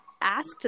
asked